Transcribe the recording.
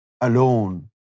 alone